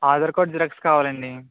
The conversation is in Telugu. ఆధార్ కార్డు జిరాక్స్ కావాలండి